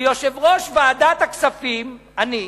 ויושב-ראש ועדת הכספים, אני,